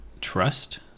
trust